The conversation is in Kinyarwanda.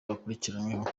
bakurikiranyweho